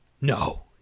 no